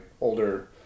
older